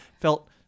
felt